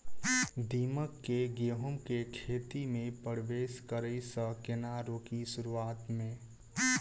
दीमक केँ गेंहूँ केँ खेती मे परवेश करै सँ केना रोकि शुरुआत में?